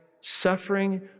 suffering